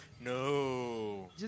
No